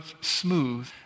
smooth